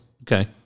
Okay